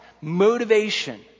motivation